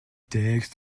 textes